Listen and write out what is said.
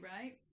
right